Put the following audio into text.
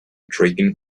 tracking